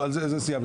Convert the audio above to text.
על זה סיימנו,